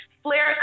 flare